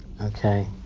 Okay